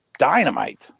dynamite